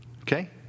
Okay